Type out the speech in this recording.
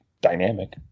dynamic